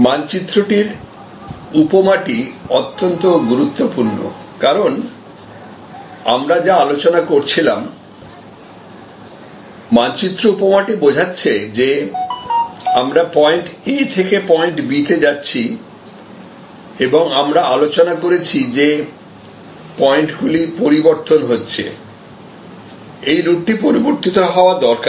মানচিত্রটির উপমাটি অত্যন্ত গুরুত্বপূর্ণ কারণ আমরা যা আলোচনা করছিলাম মানচিত্র উপমাটি বোঝাচ্ছে যে আমরা পয়েন্ট এ থেকে পয়েন্ট বি তে যাচ্ছি এবং আমরা আলোচনা করেছি যে পয়েন্টগুলি পরিবর্তন হচ্ছে এই রুটটি পরিবর্তিত হওয়া দরকার